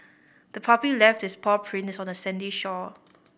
the puppy left its paw prints on the sandy shore